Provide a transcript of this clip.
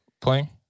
Playing